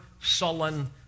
sullen